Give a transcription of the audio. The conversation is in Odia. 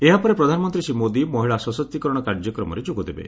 ଏହାପରେ ପ୍ରଧାନମନ୍ତ୍ରୀ ଶ୍ରୀ ମୋଦୀ ମହିଳା ସଶକ୍ତିକରଣ କାର୍ଯ୍ୟକ୍ରମରେ ଯୋଗଦେବେ